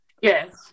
Yes